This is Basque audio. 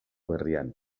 berrian